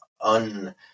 un